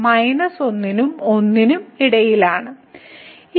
ഇവിടെ വീണ്ടും f 5 ആണെന്ന് അറിയപ്പെടുന്നു അതിനാൽ നമുക്ക് ഇവിടെ എന്താണ് ഉള്ളത്